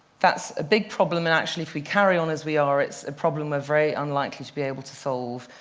that's a big problem. and actually if we carry on as we are, it's a problem we're very unlikely to be able to solve.